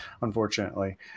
Unfortunately